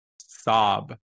sob